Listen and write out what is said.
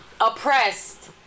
oppressed